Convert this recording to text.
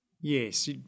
Yes